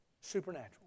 Supernatural